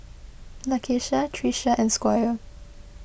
Lakeisha Trisha and Squire